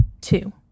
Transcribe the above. two